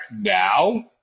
now